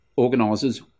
Organisers